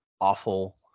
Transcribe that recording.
awful